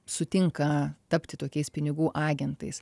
sutinka tapti tokiais pinigų agentais